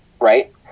right